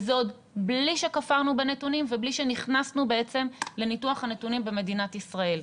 וזה עוד בלי שכפרנו בנתונים ובלי שנכנסנו לניתוח הנתונים במדינת ישראל.